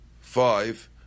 five